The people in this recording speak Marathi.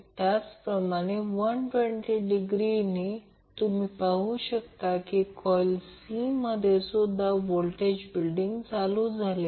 आता RL ला व्हेरिएबल म्हणून विचार करा DC सर्किट मध्ये RL व्हेरिएबल असेल